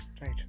right